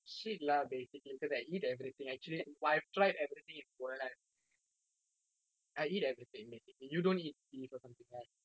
shit lah basically because I eat everything actually I've tried everything in the world I I eat everything basically you don't eat beef of something right